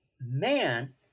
man